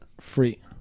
Free